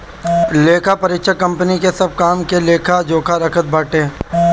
लेखापरीक्षक कंपनी के सब काम के लेखा जोखा रखत बाटे